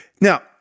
Now